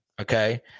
Okay